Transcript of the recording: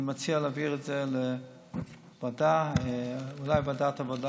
אני מציע להעביר את זה אולי לוועדת העבודה